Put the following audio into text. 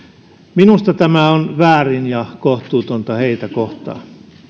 minusta tämä on väärin ja kohtuutonta heitä kohtaan